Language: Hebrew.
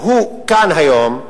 כאן היום,